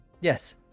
Yes